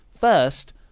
First